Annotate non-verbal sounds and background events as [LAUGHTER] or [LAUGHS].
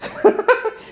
[LAUGHS]